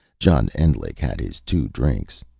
john endlich had his two drinks.